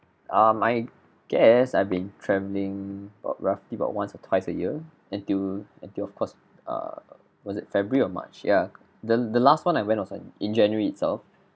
um I guess I've been travelling about roughly about once or twice a year until until of course ah was it february or march ya the the last one I went was like in january itself